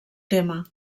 tema